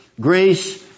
grace